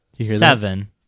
seven